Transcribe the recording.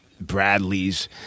Bradley's